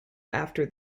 after